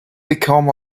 become